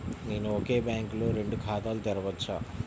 నేను ఒకే బ్యాంకులో రెండు ఖాతాలు తెరవవచ్చా?